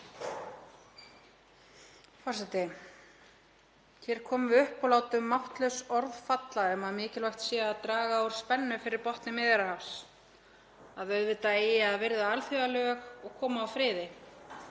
Forseti. Hér komum við upp og látum máttlaus orð falla um að mikilvægt sé að draga úr spennu fyrir botni Miðjarðarhafs, að auðvitað eigi að virða alþjóðalög og koma á friði